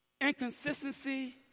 inconsistency